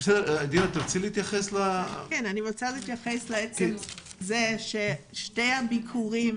אני רוצה להתייחס ולומר ששני הביקורים